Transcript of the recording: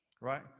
Right